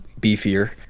beefier